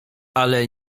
ale